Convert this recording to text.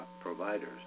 providers